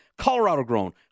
Colorado-grown